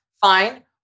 Fine